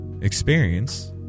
experience